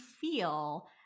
feel